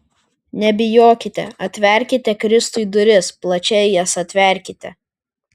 nebijokite atverkite kristui duris plačiai jas atverkite